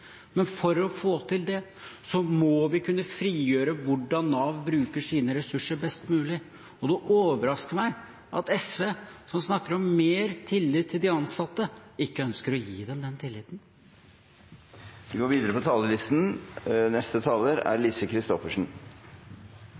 For å få til det må vi kunne frigjøre hvordan Nav bruker sine ressurser, slik at de kan bruke dem best mulig. Det overrasker meg at SV, som snakker om mer tillit til de ansatte, ikke ønsker å gi dem den